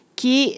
que